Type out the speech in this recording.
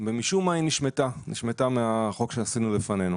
ומשום מה היא נשמטה מהחוק שעשינו לפנינו.